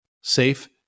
safe